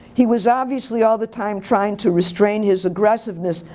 he was obviously all the time trying to restrain his aggressiveness,